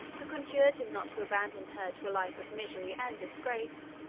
who conjured him not to abandon her to a life of misery and disgrace,